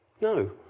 no